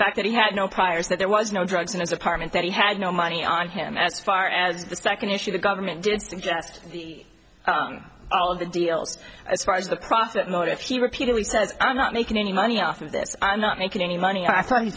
fact that he had no priors that there was no drugs in his apartment that he had no money on him as far as the second issue the government did suggest all of the deals as far as the profit motive he repeatedly says i'm not making any money off of this i'm not making any money i thought he